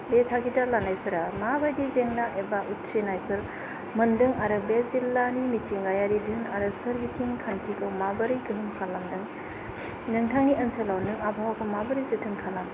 बे थागिदा लानायफोरा माबायदि जेंना एबा उथ्रिनायफोर मोनदों आरो बे जिल्लानि मिथिंगायारि दोहोन आरो सोरबिथिं खानथिखौ माबोरै गोहोम खालामदों नोंथांनि ओनसोलाव नों आबहावाखौ माबोरै जोथोन खालामो